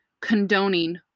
condoning